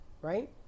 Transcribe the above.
right